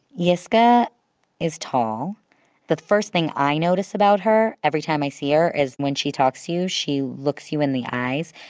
yiscah is tall the first thing i notice about her every time i see her is when she talks to you she looks you in the eyes.